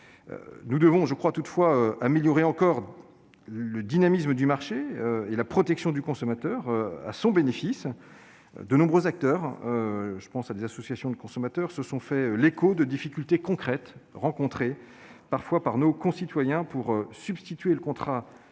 Nous devons toutefois améliorer encore le dynamisme de ce marché et la protection du consommateur, au bénéfice de tous. De nombreux acteurs, dont les associations de consommateurs, se font l'écho de difficultés concrètes rencontrées par nos concitoyens pour substituer le contrat